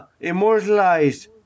immortalized